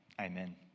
amen